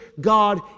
God